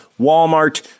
Walmart